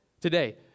today